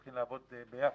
צריכים לעבוד ביחד.